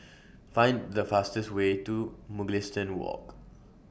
Find The fastest Way to Mugliston Walk